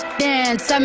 dance